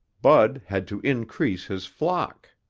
bud had to increase his flock.